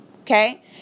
Okay